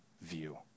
view